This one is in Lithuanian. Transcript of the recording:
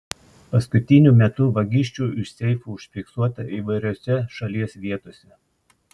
paskutiniu metu vagysčių iš seifų užfiksuota įvairiose šalies vietose